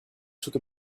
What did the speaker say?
took